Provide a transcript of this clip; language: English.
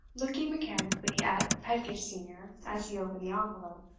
looking mechanically at pedgift senior as he opened the envelope.